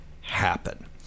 happen